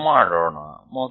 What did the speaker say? ಅದನ್ನು ಮಾಡೋಣ